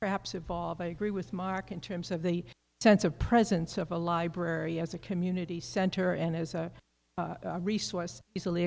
perhaps evolve i agree with mark in terms of the sense of presence of a library as a community center and as a resource easily